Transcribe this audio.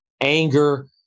anger